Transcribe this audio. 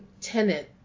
Tenant